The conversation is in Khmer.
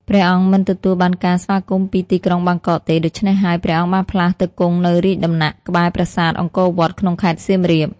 ព្រះអង្គមិនទទួលបានការស្វាគមន៍ពីទីក្រុងបាងកកទេ ដូច្នេះហើយ ព្រះអង្គបានផ្លាស់ទៅគង់នៅរាជដំណាក់ក្បែរប្រាសាទអង្គរវត្តក្នុងខេត្តសៀមរាប។